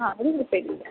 ആ അത് വിട്ടേക്കില്ല